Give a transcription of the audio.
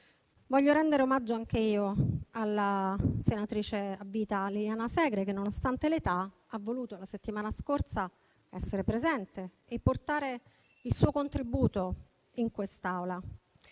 voglio rendere omaggio anche io alla senatrice a vita Liliana Segre, che, nonostante l'età, la settimana scorsa ha voluto essere presente e portare il suo contributo in quest'Aula.